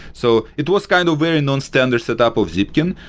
so it was kind of very non-standard set up of zipkin.